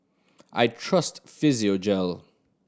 I trust Physiogel